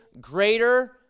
greater